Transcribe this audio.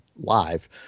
Live